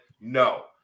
No